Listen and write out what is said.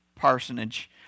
parsonage